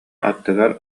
аттыгар